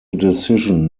decision